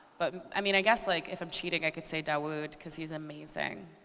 but i mean i guess like if i'm cheating, i could say dawoud cause he's amazing.